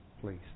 please